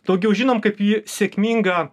daugiau žinom kaip jį sėkmingą